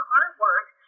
artwork